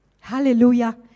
Hallelujah